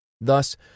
Thus